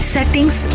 Settings